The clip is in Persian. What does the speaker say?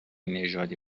نژادی